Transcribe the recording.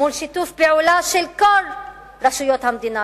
מול שיתוף פעולה של כל רשויות המדינה,